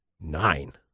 nine